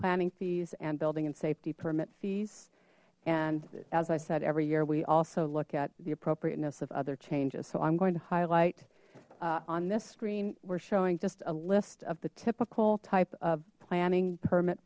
planning fees and building and safety permit fees and as i said every year we also look at the appropriateness of other changes so i'm going to highlight on this screen we're showing just a list of the typical type of planning permit